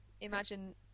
Imagine